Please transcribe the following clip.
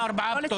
שלו.